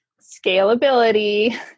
scalability